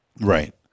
Right